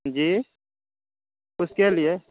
جی اس کے لیے